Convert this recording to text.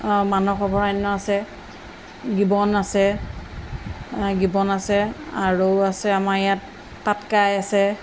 মানস অভয়াৰণ্য আছে গীবন আছে গীবন আছে আৰু আছে আমাৰ ইয়াত পাতকাই আছে